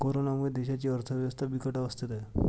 कोरोनामुळे देशाची अर्थव्यवस्था बिकट अवस्थेत आहे